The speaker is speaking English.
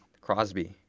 Crosby